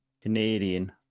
Canadian